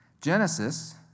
Genesis